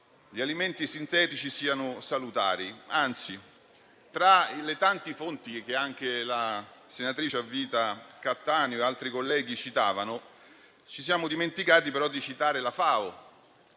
gli alimenti sintetici siano salutari, anzi, tra le tante fonti che anche la senatrice a vita Cattaneo e altri colleghi citavano, ci siamo dimenticati però di citare la FAO